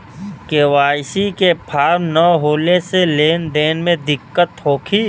KYC के form न होले से लेन देन में दिक्कत होखी?